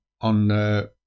on